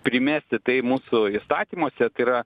primesti tai mūsų įstatymuose tai yra